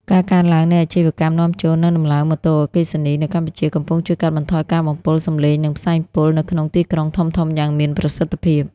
ការកើនឡើងនៃអាជីវកម្មនាំចូល និងដំឡើងម៉ូតូអគ្គិសនី នៅកម្ពុជា កំពុងជួយកាត់បន្ថយការបំពុលសម្លេង និងផ្សែងពុលនៅក្នុងទីក្រុងធំៗយ៉ាងមានប្រសិទ្ធភាព។